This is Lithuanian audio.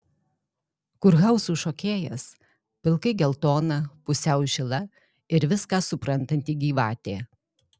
kurhauzų šokėjas pilkai geltona pusiau žila ir viską suprantanti gyvatė